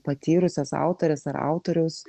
patyrusios autorės ar autoriaus